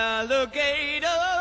Alligator